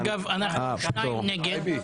אגב, אנחנו שניים נגד.